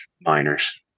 miners